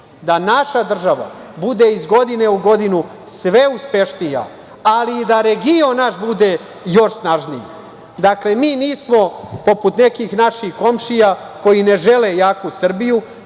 da naša država bude iz godine u godinu sve uspešnija, ali i da region naš bude još snažniji. Dakle, mi nismo poput nekih naših komšija koji ne žele jaku Srbiju,